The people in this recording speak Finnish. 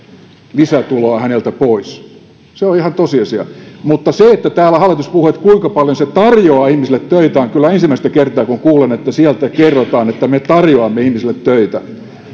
lisätuloa häneltä pois se on ihan tosiasia mutta se kun täällä hallitus puhuu kuinka paljon se tarjoaa ihmisille töitä on kyllä ensimmäinen kerta kun kuulen että sieltä kerrotaan että me tarjoamme ihmisille töitä